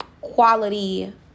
quality